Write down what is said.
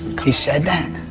he said?